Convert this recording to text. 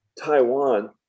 Taiwan